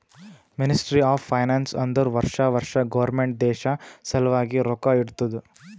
ministry of finance ಅಂದುರ್ ವರ್ಷಾ ವರ್ಷಾ ಗೌರ್ಮೆಂಟ್ ದೇಶ ಸಲ್ವಾಗಿ ರೊಕ್ಕಾ ಇಡ್ತುದ